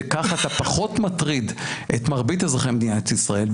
שככה אתה פחות מטריד את מרבית אזרחי מדינת ישראל,